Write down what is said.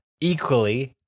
equally